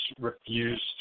refused